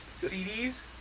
CDs